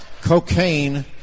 Cocaine